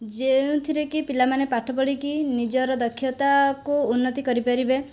ଯେଉଁଥିରେକି ପିଲାମାନେ ପାଠ ପଢ଼ିକି ନିଜର ଦକ୍ଷତାକୁ ଉନ୍ନତି କରି ପାରିବେ